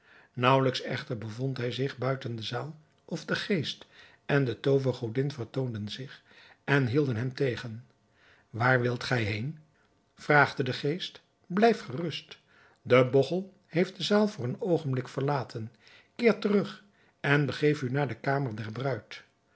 naauwelijks echter bevond hij zich buiten de zaal of de geest en de toovergodin vertoonden zich en hielden hem tegen waar wilt gij heen vraagde de geest blijf gerust de bogchel heeft de zaal voor een oogenblik verlaten keer terug en begeef u naar de kamer der